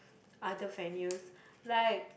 other venues like